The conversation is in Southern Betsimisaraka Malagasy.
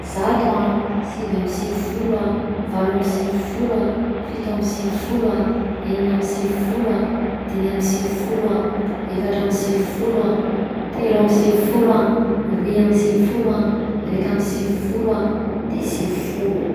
Zato a, sivy amby sivifolo, valo amby sivifolo a, fito amby sivifolo a, enina amby sivifolo a, dimy amby sivifolo a, efatra amby sivifolo a, telo amby sivifolo a, roy amby sivifolo a, raika amby sivifolo a de sivifolo.